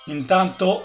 Intanto